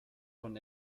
von